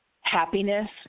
happiness